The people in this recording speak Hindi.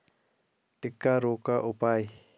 टिक्का रोग का उपाय?